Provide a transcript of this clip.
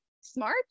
smart